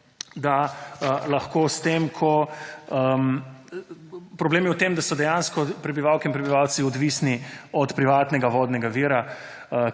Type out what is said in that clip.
problem pa je seveda v tem, da so dejansko prebivalke in prebivalci odvisni od privatnega vodnega vira,